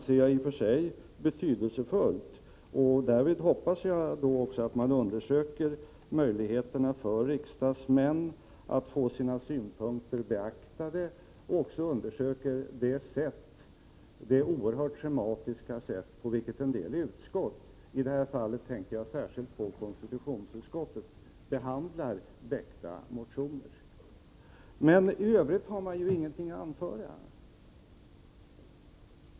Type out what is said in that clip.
Det är i och för sig betydelsefullt, och därvid hoppas jag att man också undersöker möjligheterna för riksdagsmän att få sina synpunkter beaktade och undersöker det oerhört schematiska sätt på vilket en del utskott —-i detta fall tänker jag särskilt på konstitutionsutskottet — behandlar väckta motioner. I övrigt har utskottet ingenting att anföra.